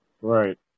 Right